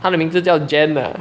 他的名字叫 jan ah